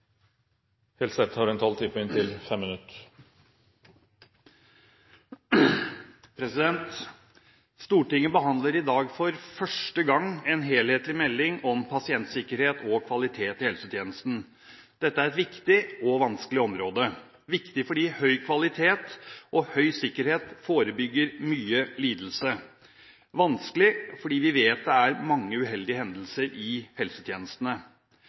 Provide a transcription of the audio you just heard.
Høie har tatt opp de forslagene han refererte til. Stortinget behandler i dag for første gang en helhetlig melding om pasientsikkerhet og kvalitet i helsetjenesten. Dette er et viktig og vanskelig område – viktig fordi høy kvalitet og høy sikkerhet forebygger mye lidelse, vanskelig fordi vi vet det er mange uheldige hendelser i helsetjenestene.